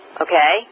okay